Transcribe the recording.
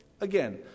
again